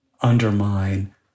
undermine